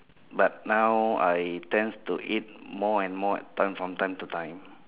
but now I tend to eat more and more time from time to time